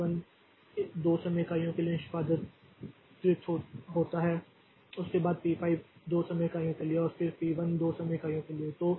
तो पी 1 2 समय इकाइयों के लिए निष्पादित होता है इसके बाद पी5 2 समय इकाइयों के लिए और फिर पी 1 2 समय इकाइयों के लिए